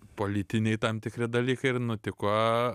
politiniai tam tikri dalykai ir nutiko